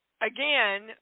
again